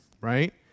right